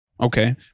Okay